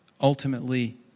ultimately